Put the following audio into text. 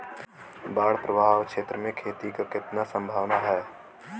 बाढ़ प्रभावित क्षेत्र में खेती क कितना सम्भावना हैं?